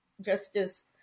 Justice